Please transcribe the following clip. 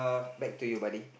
back to you buddy